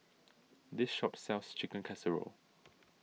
this shop sells Chicken Casserole